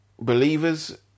believers